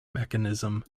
mechanism